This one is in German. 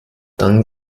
dann